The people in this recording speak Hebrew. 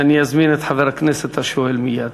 ואני אזמין את חבר הכנסת השואל מייד.